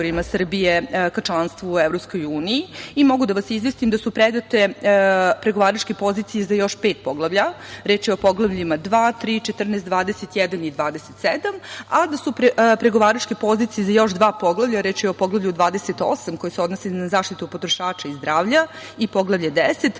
Mogu da vas izvestim da su predate pregovaračke pozicije za još pet poglavlja, reč je o poglavljima 2,3,14,21. i 27, a da su pregovaračke pozicije za još dva poglavlja, reč je o Poglavlju 28 koje se odnosi na zaštitu potrošača i zdravlja i Poglavlje 10